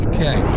Okay